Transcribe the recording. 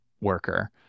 worker